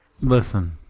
Listen